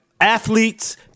athletes